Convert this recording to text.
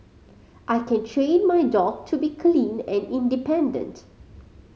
I can train my dog to be clean and independent